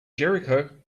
jericho